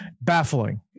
baffling